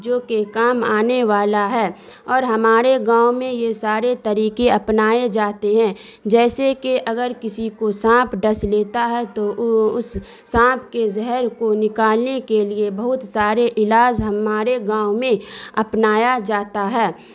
جوکہ کام آنے والا ہے اور ہمارے گاؤں میں یہ سارے طریقے اپنائے جاتے ہیں جیسے کہ اگر کسی کو سانپ ڈنس لیتا ہے تو اس سانپ کے زہر کو نکالنے کے لیے بہت سارے علاج ہمارے گاؤں میں اپنایا جاتا ہے